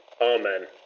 Amen